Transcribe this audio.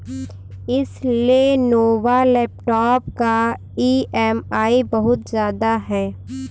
इस Lenovo laptop का EMI बहुत ज्यादा है